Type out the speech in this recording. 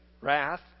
wrath